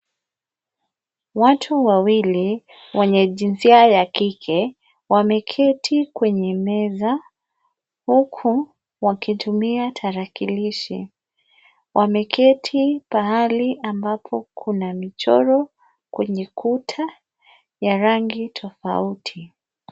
Watu wawili wenye jinsia ya kike wameketi kwenye meza huku wakitumia tarakilishi. Wameketi pahali ambapo kuna michoro kwenye kuta ya rangi tofauti.